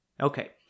Okay